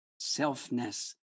selfness